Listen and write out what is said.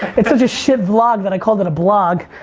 it's such a shit vlog that i called it a blog.